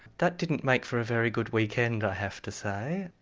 that didn't make for a very good weekend i have to say.